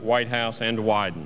whitehouse and wide